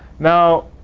now,